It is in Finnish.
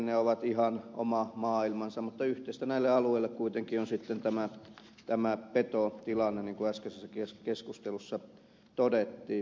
ne ovat ihan oma maailmansa mutta yhteistä näille alueille kuitenkin on sitten tämä petotilanne niin kuin äskeisessä keskustelussa todettiin